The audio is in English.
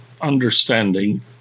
understanding